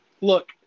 Look